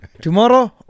Tomorrow